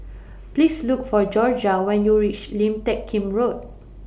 Please Look For Jorja when YOU REACH Lim Teck Kim Road